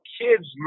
kids